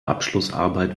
abschlussarbeit